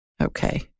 Okay